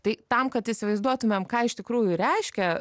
tai tam kad įsivaizduotumėm ką iš tikrųjų reiškia